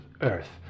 earth